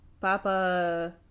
Papa